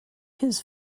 his